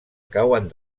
cauen